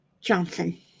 Johnson